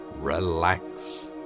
relax